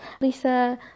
Lisa